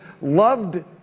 loved